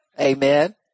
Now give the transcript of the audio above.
Amen